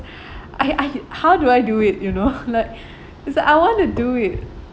I I how do I do it you know it's like I want to do it